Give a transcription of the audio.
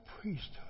priesthood